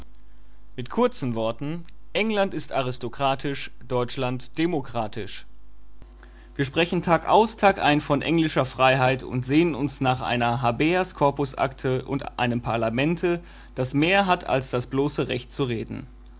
mit kurzen worten england ist aristokratisch deutschland demokratisch wir sprechen tagaus tagein von englischer freiheit und sehnen uns nach einer habeas corpus akte und einem parlamente das mehr hat als das bloße recht zu reden